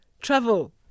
Travel